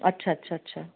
अच्छा अच्छा अच्छा